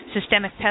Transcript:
systemic